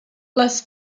les